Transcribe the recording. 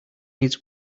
needs